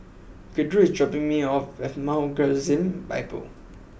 Gertrude is dropping me off at Mount Gerizim Bible